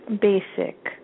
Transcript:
basic